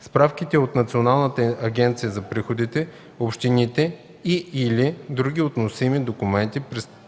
справките от Националната агенция за приходите, общините, и/или други относими документи, представени